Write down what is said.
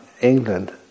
England